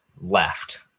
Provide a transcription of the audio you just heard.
left